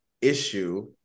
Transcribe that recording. Issue